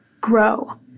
grow